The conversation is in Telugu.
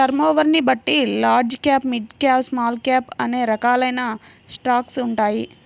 టర్నోవర్ని బట్టి large cap, mid cap, small cap అనే రకాలైన స్టాక్స్ ఉంటాయి